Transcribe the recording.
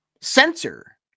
censor